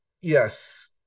Yes